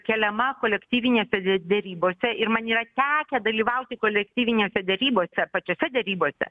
keliama kolektyvinė derybose ir man yra tekę dalyvauti kolektyvinėse derybose pačiose derybose